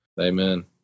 Amen